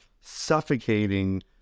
suffocating